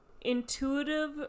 intuitive